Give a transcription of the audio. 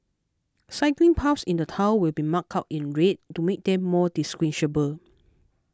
cycling paths in the town will be marked out in red to make them more